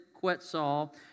Quetzal